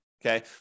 Okay